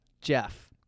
jeff